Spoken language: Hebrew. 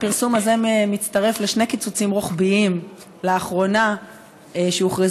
הפרסום הזה מצטרף לשני קיצוצים רוחביים שהוכרזו לאחרונה במשרדך,